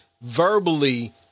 verbally